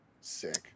Sick